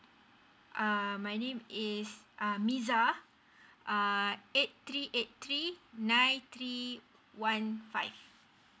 uh my name is uh miza uh uh eight three eight three nine three one five